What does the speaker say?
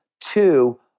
Two